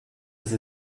sie